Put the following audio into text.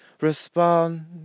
respond